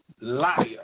liar